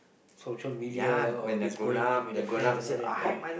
social media all this going out with their friends and all that correct